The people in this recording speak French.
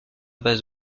base